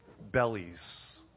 bellies